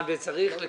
חסר כסף